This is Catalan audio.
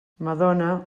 madona